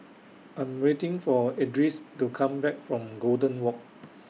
I Am waiting For Edris to Come Back from Golden Walk